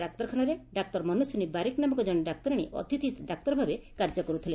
ଡାକ୍ତରଖାନାରେ ଡାକ୍ତର ମନସ୍ୱିନୀ ବାରିକ ନାମକ ଜଣେ ଡାକ୍ତରାଶୀ ଅତିଥି ଡାକ୍ତର ଭାବେ କାର୍ଯ୍ୟ କରୁଥିଲେ